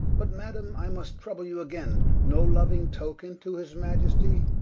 but madame, i must trouble you againe, no louing token to his maiestie?